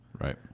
Right